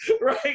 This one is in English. right